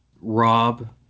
rob